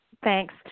Thanks